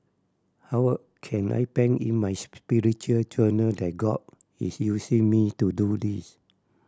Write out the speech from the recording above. how can I pen in my spiritual journal that God is using me to do this